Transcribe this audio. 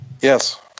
Yes